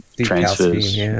transfers